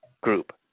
group